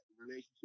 relationship